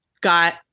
got